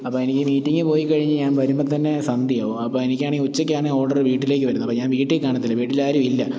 അപ്പ എനിക്ക് മീറ്റിങ്ങ് പോയി കഴിഞ്ഞാൽ ഞാൻ വരുമ്പം തന്നെ സന്ധ്യയാവും അപ്പം എനിക്ക് ആണേ ഉച്ചക്ക് ആണ് ഓർഡറ് വീട്ടിലേക്ക് വരും അപ്പം ഞാൻ വീട്ടിൽ കാണത്തില്ല വീട്ടിൽ ആരുമില്ല